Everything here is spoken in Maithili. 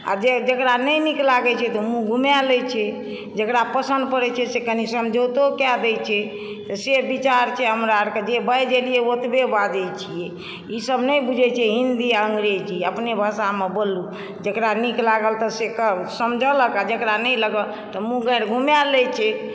आ जे जकरा नहि नीक लागै छै तऽ मुँह घुमाए लै छै जेकरा पसन्न पड़ै छै से कनी समझौतो कए दै छै तऽ से विचार छै हमरा आरके जे बाजि एलियै ओतबे बाजै छियै ई सब नहि बुझै छियै हिन्दी आ अंग्रेजी अपने भाषामे बोललहुॅं जेकरा नीक लागल तऽ से समझलक आ जकरा नहि लगल तऽ मुँह गाँरि घुमाए लै छै